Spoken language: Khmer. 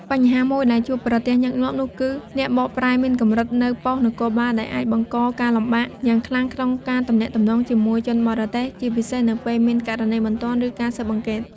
បញ្ហាមួយដែលជួបប្រទះញឹកញាប់នោះគឺ អ្នកបកប្រែមានកម្រិតនៅប៉ុស្តិ៍នគរបាលដែលអាចបង្កការលំបាកយ៉ាងខ្លាំងក្នុងការទំនាក់ទំនងជាមួយជនបរទេស ជាពិសេសនៅពេលមានករណីបន្ទាន់ ឬការស៊ើបអង្កេត។